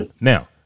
Now